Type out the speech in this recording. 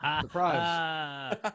Surprise